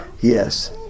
Yes